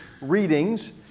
readings